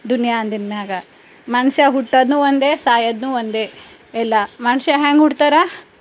ದುನಿಯಾ ಅಂದಿದ ಮ್ಯಾಗ ಮನುಷ್ಯ ಹುಟ್ಟೋದು ಒಂದೇ ಸಾಯೋದು ಒಂದೇ ಎಲ್ಲ ಮನುಷ್ಯ ಹ್ಯಾಂಗೆ ಹುಟ್ತಾರೆ